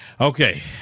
Okay